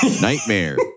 nightmare